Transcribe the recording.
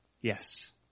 Yes